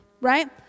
right